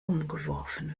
umgeworfen